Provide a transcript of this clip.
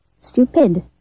stupid